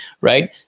Right